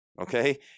Okay